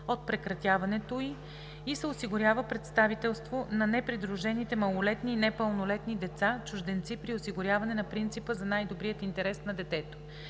от прекратяването и се осигурява представителство на непридружените малолетни и непълнолетни деца чужденци при осигуряване на принципа за най-добрия интерес на детето.